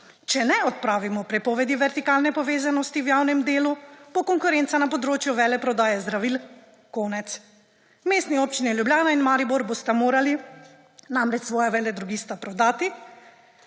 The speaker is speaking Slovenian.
Če ne odpravimo prepovedi vertikalne povezanosti v javnem delu, bo konkurence na področju veleprodaje zdravil konec. Mestni občini Ljubljana in Maribor bosta morali namreč svoja veledrogista prodati